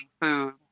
food